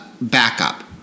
backup